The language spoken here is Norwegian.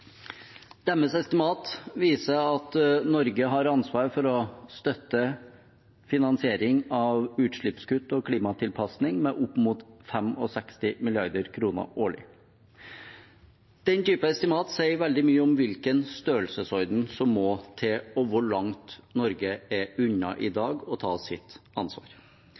Deres estimat viser at Norge har ansvar for å støtte finansiering av utslippskutt og klimatilpasning med opp mot 65 mrd. kr årlig. Den type estimat sier veldig mye om hvilken størrelsesorden som må til, og hvor langt unna Norge i dag er å ta sitt ansvar.